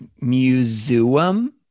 Museum